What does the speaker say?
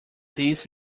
this